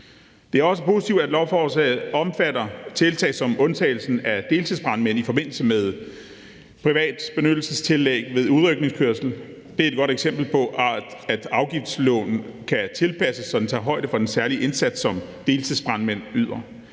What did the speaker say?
Det er også positivt, at lovforslaget omfatter tiltag som undtagelsen af deltidsbrandmænd i forbindelse med privatbenyttelsestillæg ved udrykningskørsel. Det er et godt eksempel på, at afgiftsloven kan tilpasses, så den tager højde for den særlige indsats, som deltidsbrandmænd yder.